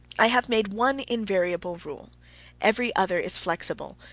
i have made one invariable rule every other is flexible.